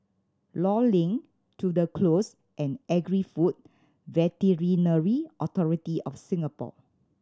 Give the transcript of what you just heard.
Law Link Tudor Close and Agri Food Veterinary Authority of Singapore